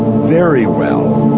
very well,